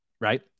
right